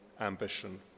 ambition